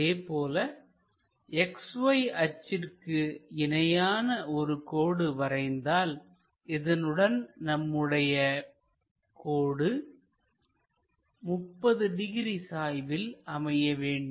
அதேபோல XY அச்சிற்கு இணையாக ஒரு கோடு வரைந்தால் இதனுடனும் நம்முடைய கோடு 30 டிகிரி சாய்வில் அமைய வேண்டும்